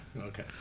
Okay